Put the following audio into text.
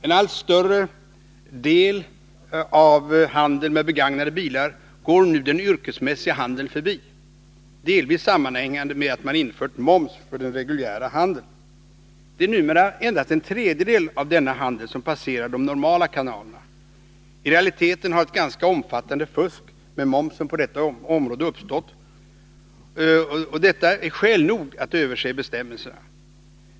En allt större del av handeln med begagnade bilar går den yrkesmässiga handeln förbi, delvis sammanhängande med att man har infört moms för den reguljära handeln. Det är numera endast en tredjedel av denna handel som passerar de normala kanalerna. I realiteten har ett ganska omfattande fusk med momsen på detta sätt uppstått. Det är skäl nog att se över bestämmelserna.